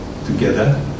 together